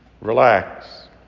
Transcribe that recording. relax